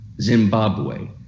Zimbabwe